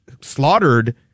slaughtered